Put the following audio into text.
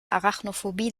arachnophobie